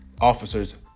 officers